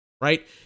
right